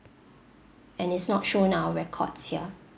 and it's not shown on our records here